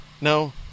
No